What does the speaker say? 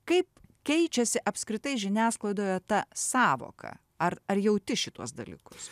kaip keičiasi apskritai žiniasklaidoje ta sąvoka ar ar jauti šituos dalykus